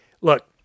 look